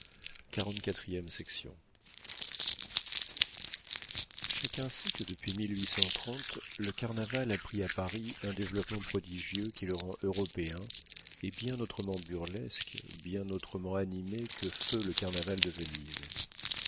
chacun sait que depuis le carnaval a pris à paris un développement prodigieux qui le rend européen et bien autrement burlesque bien autrement animé que le feu carnaval de venise